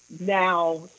now